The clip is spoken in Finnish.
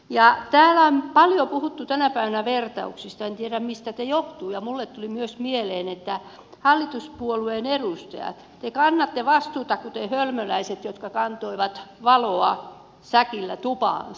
täällä on paljon puhuttu tänä päivänä vertauksista en tiedä mistä se johtuu ja minulle tuli myös mieleen että te hallituspuolueen edustajat kannatte vastuuta kuten hölmöläiset jotka kantoivat valoa säkillä tupaansa